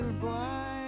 boy